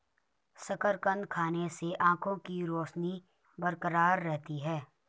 शकरकंद खाने से आंखों के रोशनी बरकरार रहती है